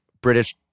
British